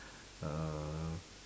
uh